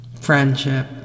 friendship